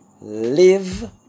Live